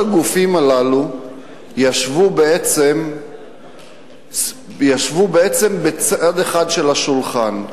הגופים הללו ישבו בעצם בצד אחד של השולחן.